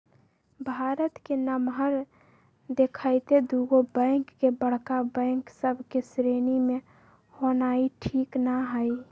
भारत के नमहर देखइते दुगो बैंक के बड़का बैंक सभ के श्रेणी में होनाइ ठीक न हइ